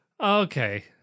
Okay